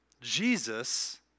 Jesus